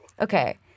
Okay